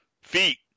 feet